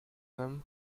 them